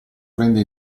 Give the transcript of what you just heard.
prende